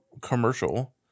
commercial